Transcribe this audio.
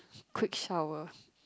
quick shower